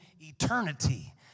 eternity